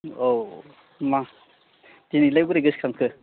औ मा दिनैलाय बोरै गोसोखांखो